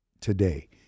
today